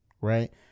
Right